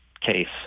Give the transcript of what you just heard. case